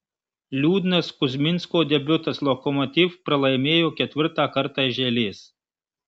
liūdnas kuzminsko debiutas lokomotiv pralaimėjo ketvirtą kartą iš eilės